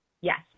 Yes